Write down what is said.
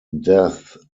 death